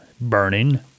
burning